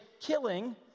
killing